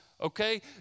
okay